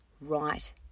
right